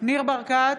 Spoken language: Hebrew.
ניר ברקת,